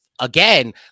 again